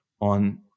on